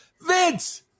Vince